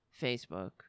Facebook